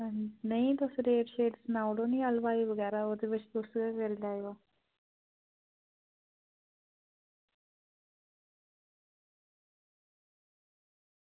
नेईं नेईं तुस स्हेई रेट सनाई ओड़ो नी ते ओह्दे ई हलवाई बगैरा बी होऐ